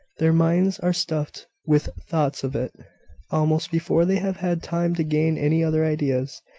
their minds are stuffed with thoughts of it almost before they have had time to gain any other ideas.